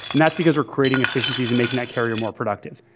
that's because we're creating efficiencies and making that carrier more productive.